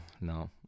No